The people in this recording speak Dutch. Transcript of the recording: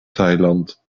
thailand